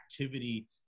activity